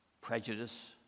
prejudice